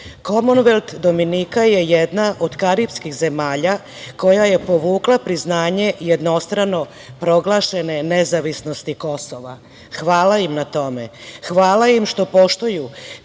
država. Komonvelt Dominika je jedna od karipskih zemalja koja je povukla priznanje jednostrano proglašene nezavisnosti Kosova. Hvala im na tome. Hvala im što poštuju